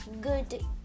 good